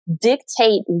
dictate